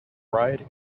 bride